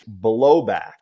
blowback